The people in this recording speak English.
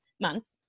months